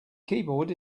keyboard